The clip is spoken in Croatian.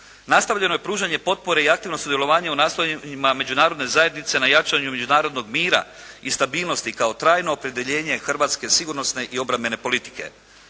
Nastavljeno je pružanje potpore i aktivno sudjelovanje u nastojanjima međunarodne zajednice na jačanju međunarodnog mira i stabilnosti kao trajno opredjeljenje hrvatske sigurnosne i obrambene politike.